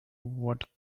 what